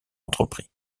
entrepris